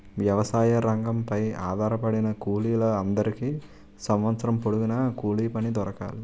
వ్యవసాయ రంగంపై ఆధారపడిన కూలీల అందరికీ సంవత్సరం పొడుగున కూలిపని దొరకాలి